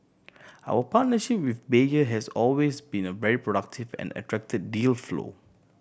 our partnership with Bayer has always been a very productive and attracted deal flow